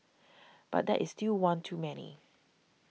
but that is still one too many